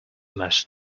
must